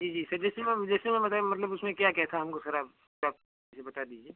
जी जी सर जैसे मैं जैसे मैं बताऍं मतलब उसमें क्या क्या था हमको सर आप मतलब कुछ बता दीजिए